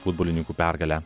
futbolininkų pergalę